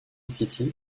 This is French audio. city